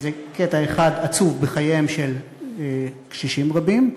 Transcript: שזה קטע אחד, עצוב, בחייהם של קשישים רבים.